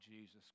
Jesus